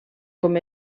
com